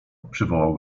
przywołał